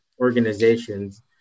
organizations